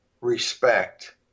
respect